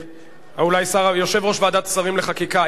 יושב-ראש ועדת השרים לחקיקה,